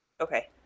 okay